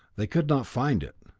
they could not find it.